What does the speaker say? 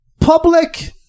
public